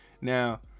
Now